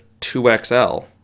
2XL